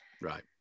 Right